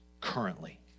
currently